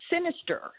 sinister